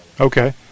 Okay